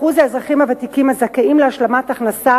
אחוז האזרחים הוותיקים הזכאים להשלמת הכנסה